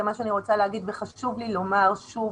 חשוב לי לומר שוב,